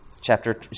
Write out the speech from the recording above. chapter